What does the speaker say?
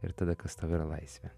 ir tada kas tau yra laisvė